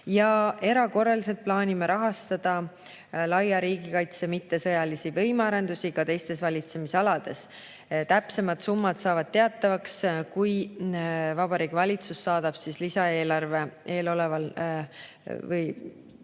Erakorraliselt plaanime rahastada laia riigikaitse mittesõjalisi võimearendusi ka teistes valitsemisalades. Täpsemad summad saavad teatavaks, kui Vabariigi Valitsus saadab lisaeelarve eelolevate